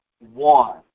one